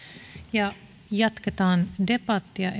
jatketaan debattia